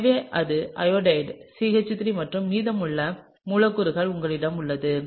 எனவே இது iodide CH3 மற்றும் மீதமுள்ள மூலக்கூறு உங்களிடம் உள்ளது